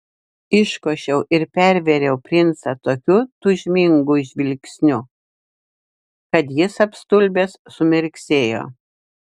iškošiau ir pervėriau princą tokiu tūžmingu žvilgsniu kad jis apstulbęs sumirksėjo